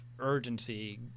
urgency